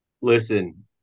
Listen